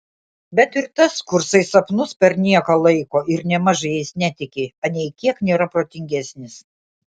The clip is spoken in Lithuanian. bet ir tas kursai sapnus per nieką laiko ir nėmaž jais netiki anei kiek nėra protingesnis